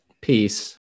peace